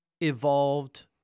evolved